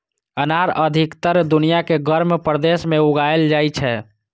अनार अधिकतर दुनिया के गर्म प्रदेश मे उगाएल जाइ छै